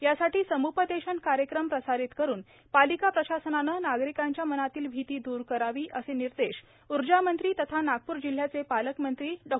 यासाठी सम्पदेशन कार्यक्रम प्रसारित करून पालिका प्रशासनाने नागरिकांच्या मनातील भीती द्र करावी असे निर्देश ऊर्जामंत्री तथा नागपूर जिल्ह्याचे पालकमंत्री डॉ